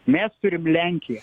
mes turim lenkiją